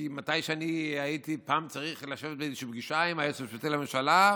פעם הייתי צריך לשבת באיזושהי פגישה עם היועץ המשפטי לממשלה,